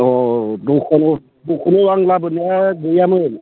औ दखानाव आं लाबोनाया गैयामोन